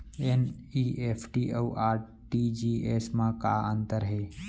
NEFT अऊ RTGS मा का अंतर हे?